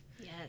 Yes